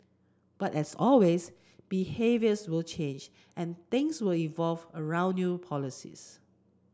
but as always behaviours will change and things will evolve around new policies